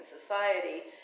society